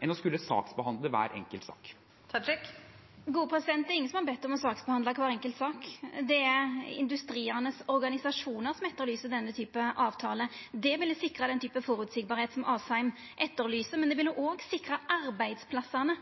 enn å skulle behandle hver enkelt sak. Det er ingen som har bedt om å få behandla kvar enkelt sak. Det er organisasjonane til industrien som etterlyser denne typen avtalar. Det ville sikra dei føreseielege vilkåra representanten Asheim etterlyser, men det ville òg sikra arbeidsplassane.